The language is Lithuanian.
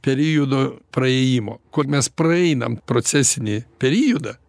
periodo praėjimo kol mes praeinam procesinį periodą